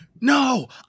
no